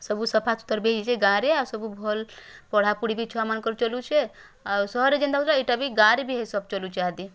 ସବୁ ସଫାସୁତର୍ ବି ହୋଇଛି ଗାଁରେ ଆଉ ସବୁ ଭଲ୍ ପଢ଼ାପୁଢ଼ି ବି ଛୁଆମାନଙ୍କର୍ ଚଲୁଛେ ଆଉ ସହରରେ ଯେନ୍ତା ହେଉଥିଲା ଏଟା ବି ଗାଁରେ ବି ଏସବ୍ ଚଲୁଛେ ଇହାଦି